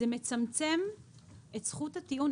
זה מצמצם את זכות הטיעון.